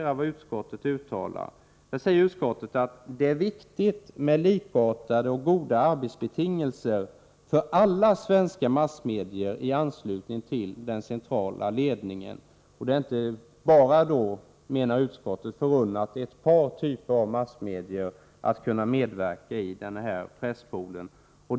Utskottet säger att ”det är viktigt med likartade och goda arbetsbetingelser för alla svenska massmedier i anslutning till den centrala ledningen”. Det är inte bara, menar utskottet, förunnat ett par typer av massmedier att kunna medverka i denna presspool.